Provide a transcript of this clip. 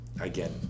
again